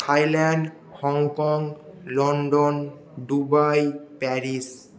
Thailand Hong Kong London Dubai Paris